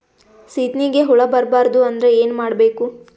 ಸೀತ್ನಿಗೆ ಹುಳ ಬರ್ಬಾರ್ದು ಅಂದ್ರ ಏನ್ ಮಾಡಬೇಕು?